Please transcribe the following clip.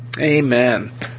Amen